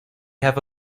have